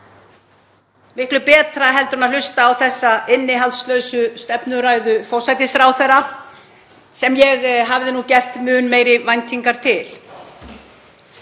miklu betra heldur en að hlusta á þessa innihaldslausu stefnuræðu forsætisráðherra sem ég hafði gert mér mun meiri væntingar til.